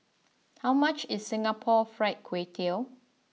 how much is Singapore Fried Kway Tiao